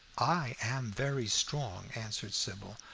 i am very strong, answered sybil,